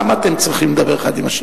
למה אתם צריכים לדבר האחד עם השני?